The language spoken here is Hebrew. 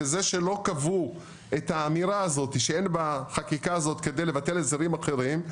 בזה שלא קבעו את האמירה הזאת שאין בחקיקה הזאת כדי לבטל הסדרים אחרים,